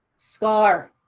scar,